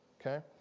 Okay